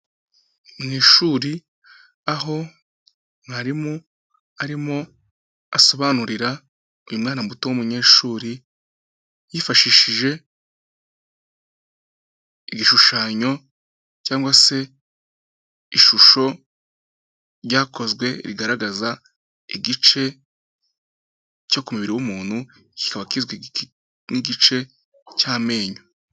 Mu ishuri aho mwarimu arimo asobanurira uyu mwana muto w'umunyeshuri yifashishije igishushanyo cyangwa se ishusho ryakozwe, rigaragaza igice cyo ku mubiri w'umuntu kikaba kizwi nk'igice cy'amenyo.